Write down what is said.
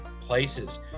places